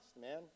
man